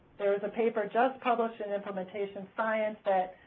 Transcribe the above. there is a paper just published in implementation science that